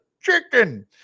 chicken